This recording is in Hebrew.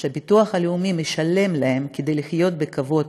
שביטוח לאומי משלם להם כדי לחיות בכבוד,